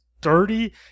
dirty